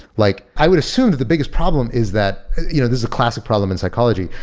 like i would assume that the biggest problem is that you know this a classic problem in psychology.